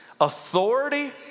authority